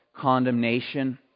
condemnation